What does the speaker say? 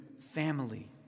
family